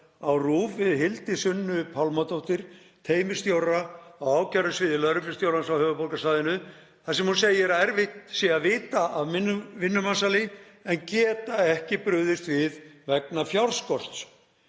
á RÚV við Hildi Sunnu Pálmadóttur, teymisstjóra á ákærusviði lögreglustjórans á höfuðborgarsvæðinu, þar sem hún segir að erfitt sé að vita af vinnumansali en geta ekki brugðist við vegna fjárskorts.